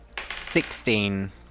Sixteen